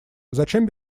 зачем